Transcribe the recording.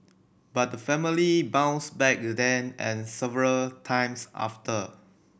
but the family bounced back then and several times after